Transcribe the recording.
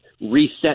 reset